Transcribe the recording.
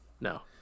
No